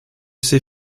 ses